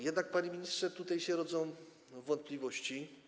Jednak, panie ministrze, tutaj się rodzą wątpliwości.